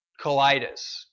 colitis